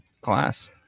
class